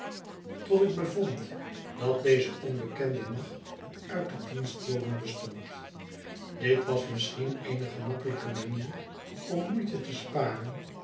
tot ik bevond dat deze onbekende macht uit de dienstboden bestond dit was misschien eene gemakkelijke manier om moeite te sparen